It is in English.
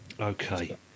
Okay